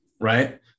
right